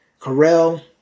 Carell